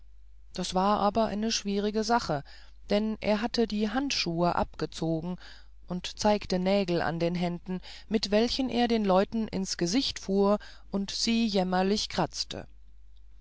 das war aber eine schwierige sache denn er hatte die handschuhe abgezogen und zeigte nägel an den händen mit welchen er den leuten ins gesicht fuhr und sie jämmerlich kratzte